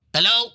Hello